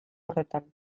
horretan